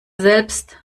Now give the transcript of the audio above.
selbst